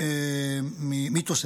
מתוספת.